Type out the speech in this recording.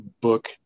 book